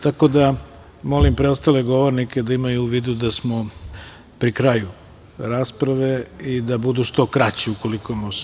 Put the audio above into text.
Tako da, molim preostale govornike da imaju u vidu da smo pri kraju rasprave i da budu što kraći, ukoliko može.